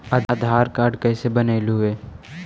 आधार card कईसे बनैलहु हे?